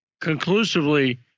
conclusively